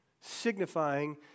signifying